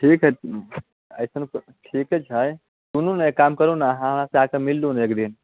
ठीक हइ अइसन ठीके छै सुनु ने एक काम करू ने अहाँ हमरा से आके मिल लु नहि एक दिन